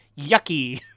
yucky